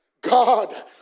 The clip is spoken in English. God